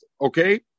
Okay